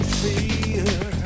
fear